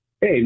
Hey